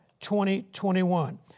2021